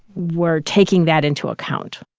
we're taking that into account